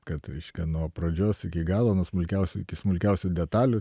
kad reiškia nuo pradžios iki galo nuo smulkiausių iki smulkiausių detalių